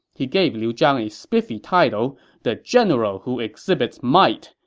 he gave liu zhang a spiffy title the general who exhibits might,